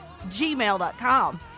gmail.com